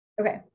Okay